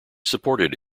supported